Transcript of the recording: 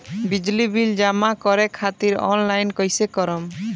बिजली बिल जमा करे खातिर आनलाइन कइसे करम?